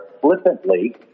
flippantly